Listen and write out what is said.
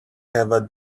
have